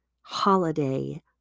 holiday